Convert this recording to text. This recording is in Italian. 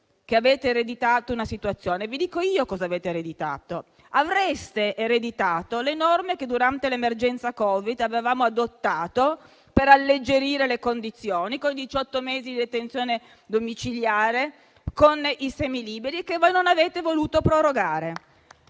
che avete ereditato una situazione. Vi dico io cosa avete ereditato. "Avreste" ereditato le norme che, durante l'emergenza Covid, avevamo adottato per alleggerire le condizioni, con i diciotto mesi di detenzione domiciliare e con i semi liberi, che voi non avete voluto prorogare.